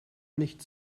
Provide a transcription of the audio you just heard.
nicht